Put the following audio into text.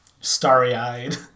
starry-eyed